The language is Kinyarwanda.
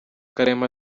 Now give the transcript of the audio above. karema